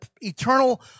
eternal